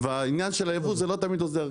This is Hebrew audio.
והעניין של הייבוא זה לא תמיד עוזר.